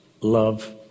love